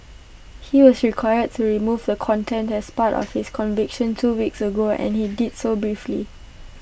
he was required to remove the content as part of his conviction two weeks ago and he did so briefly